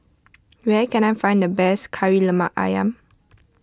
where can I find the best Kari Lemak Ayam